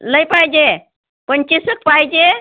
लई पाहिजे पंचवीस एक पाहिजे